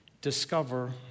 Discover